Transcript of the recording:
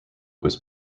was